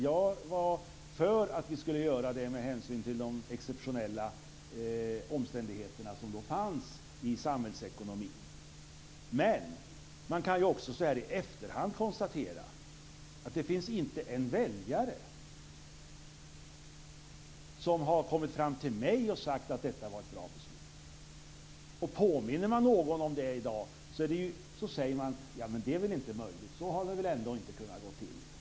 Jag var för att vi skulle göra det med hänsyn till de exceptionella omständigheter som då rådde i samhällsekonomin. Men man kan ju så här i efterhand konstatera att inte en enda väljare har kommit fram till mig och sagt att detta var ett bra beslut. Påminner man någon om detta i dag, säger de: Men det är väl inte möjligt. Så har det väl ändå inte kunnat gå till.